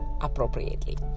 appropriately